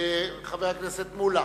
חבר הכנסת מולה,